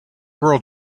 girl